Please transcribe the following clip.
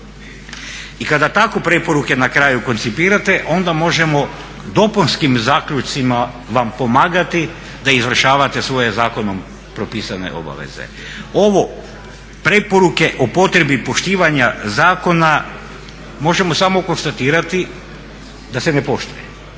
I kada tako preporuke na kraju koncipirate onda možemo dopunskim zaključcima vam pomagati da izvršavate svoje zakonom propisane obaveze. Ovo preporuke o potrebi poštivanja zakona možemo samo konstatirati da se ne poštuje